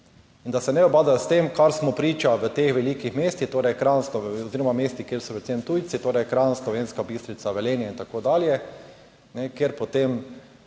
In da se ne ubadajo s tem, kar smo priča. v teh velikih mestih, torej Kranjsko oziroma mestih, kjer so predvsem tujci, torej Kranj, Slovenska Bistrica, Velenje in tako dalje, kjer potem